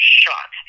shot